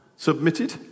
Submitted